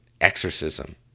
exorcism